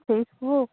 ସେଇ ସବୁ